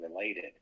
related